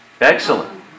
Excellent